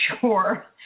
sure